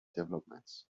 developments